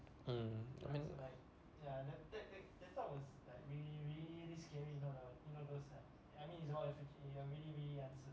mm I mean